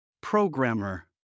Programmer